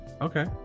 Okay